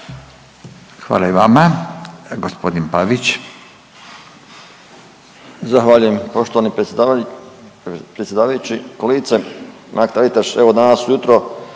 Hvala i vama. Gospodin Darko